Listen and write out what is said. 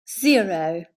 zero